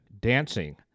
dancing